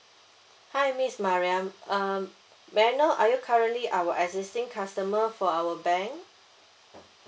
hi miss mariam um may I know are you currently our existing customer for our bank